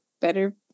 better